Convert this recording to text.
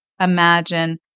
imagine